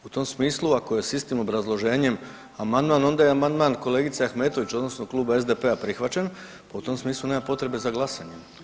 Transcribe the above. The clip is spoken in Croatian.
U tom smislu ako je s istim obrazloženjem amandman onda je i amandman kolegice Ahmetović odnosno Kluba SDP-a prihvaćen pa u tom smislu nema potrebe za glasanjem.